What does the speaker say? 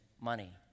money